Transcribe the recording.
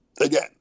again